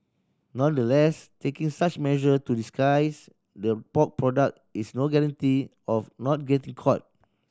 nonetheless taking such measure to disguise the pork product is no guarantee of not getting caught